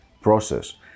process